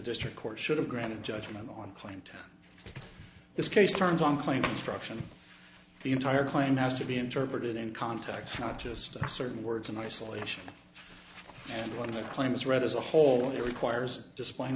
district court should have granted judgement on client this case turns on client struction the entire claim has to be interpreted in context not just certain words in isolation and one of the claims read as a whole requires displaying